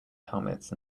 helmets